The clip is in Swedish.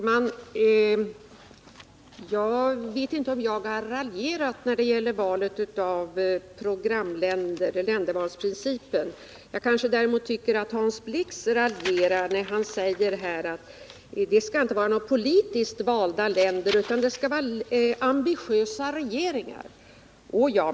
Herr talman! Jag vet inte att jag raljerade när det gäller ländervalsprincipen. Däremot tycker jag kanske att Hans Blix raljerar när han här säger att det inte skall vara några politiskt valda länder utan att det skall vara ambitiösa regeringar.